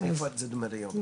אז איפה זה עומד היום?